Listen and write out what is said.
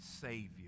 Savior